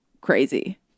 crazy